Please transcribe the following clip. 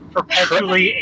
Perpetually